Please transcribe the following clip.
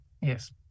Yes